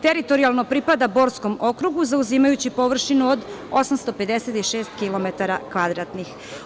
Teritorijalno pripada Borskom okrugu, zauzimajući površinu od 856 kilometara kvadratnih.